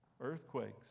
earthquakes